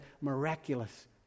miraculous